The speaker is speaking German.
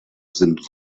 sind